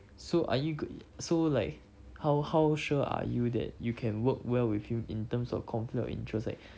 so are you go~ so like how how sure are you that you can work well with him in terms of conflict of interest like